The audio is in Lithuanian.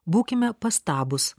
būkime pastabūs